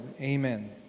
amen